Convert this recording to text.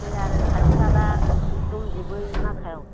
फै आरो खाथि खाला दंजोबो बे माखायाव